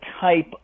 type